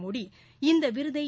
மோடி இந்த விருதை